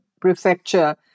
Prefecture